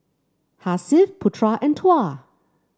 Hasif Putra and Tuah